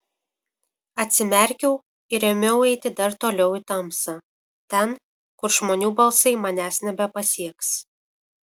atsimerkiau ir ėmiau eiti dar toliau į tamsą ten kur žmonių balsai manęs nebepasieks